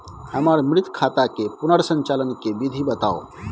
हमर मृत खाता के पुनर संचालन के विधी बताउ?